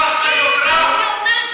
מה, הפכת להיות רב?